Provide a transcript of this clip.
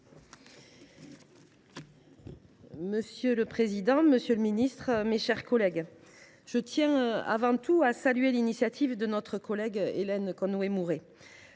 Monsieur le président, monsieur le ministre, mes chers collègues, je tiens avant tout à saluer l’initiative de notre collègue Hélène Conway Mouret.